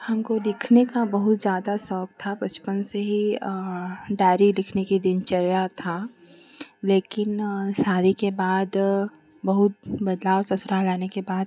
हमको लिखने का बहुत ज्यादा शौक था बचपन से ही यह डायरी लिखने की दिनचर्या था लेकिन शादी के बाद बहुत बदलाव ससुराल आने के बाद